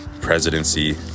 presidency